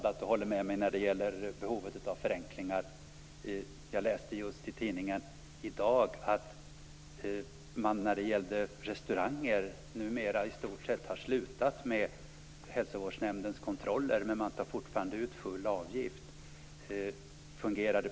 Jag är glad för instämmandet när det gäller behovet av förenklingar. Jag har i en tidning i dag läst att hälsovårdsnämndskontrollerna av restauranger numera i stort sett har upphört men att man fortfarande tar ut full avgift.